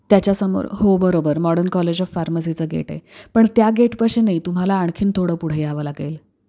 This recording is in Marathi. त्याच्यासमोर हो बरोबर मॉडर्न कॉलेज ऑफ फार्मसीचं गेट आहे पण त्या गेटपशी नाही तुम्हाला आणखी थोडं पुढं यावं लागेल